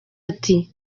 ati